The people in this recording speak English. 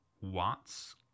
Watts